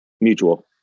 mutual